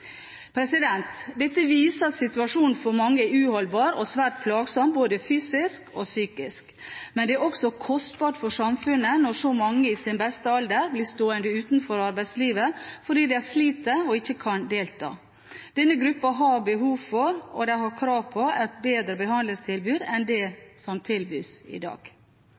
situasjonen for mange er uholdbar og svært plagsom både fysisk og psykisk. Men det er også kostbart for samfunnet når så mange i sin beste alder blir stående utenfor arbeidslivet fordi de sliter og ikke kan delta. Denne gruppen har behov for og krav på et bedre behandlingstilbud enn det som tilbys i dag.